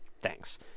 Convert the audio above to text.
Thanks